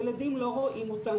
ילדים לא רואים אותם,